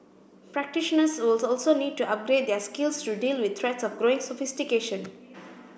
practitioners was also need to upgrade their skills to deal with threats of growing sophistication